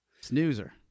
snoozer